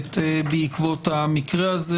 בכנסת בעקבות המקרה הזה.